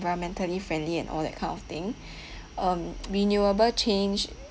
environmental friendly and all that kind of thing um renewable change